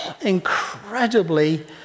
incredibly